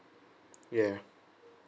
yeah